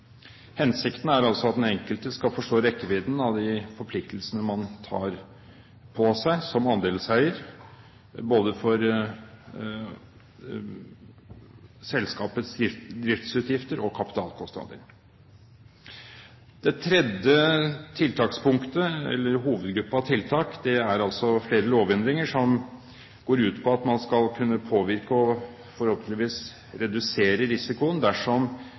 Hensikten er altså at den enkelte skal forstå rekkevidden av de forpliktelsene man tar på seg som andelseier, både selskapets driftsutgifter og kapitalkostnader. Det tredje tiltakspunktet/hovedgruppe av tiltak er flere lovendringer som går ut på at man skal kunne påvirke, og forhåpentligvis redusere risikoen, dersom